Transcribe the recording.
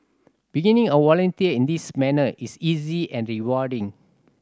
beginning a volunteer in this manner is easy and rewarding